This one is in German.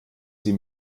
sie